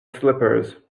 slippers